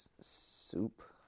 Soup